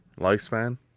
lifespan